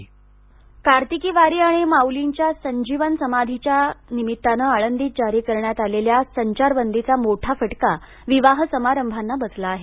आळंदीतली लग्नं कार्तिकी वारी आणि माउलींच्या संजीवन समाधीच्या निमित्तानं आळंदीत जारी करण्यात आलेल्या संचारबंदीचा मोठा फटका विवाह समारंभांना बसला आहे